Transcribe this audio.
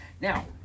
Now